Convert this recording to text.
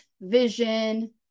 vision